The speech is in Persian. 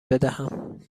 بدهم